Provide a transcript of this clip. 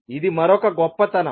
ఇది మరొక గొప్పతనం